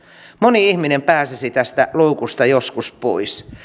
moni ihminen pääsisi tästä loukusta joskus pois